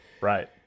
Right